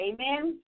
Amen